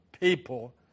people